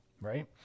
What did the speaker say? right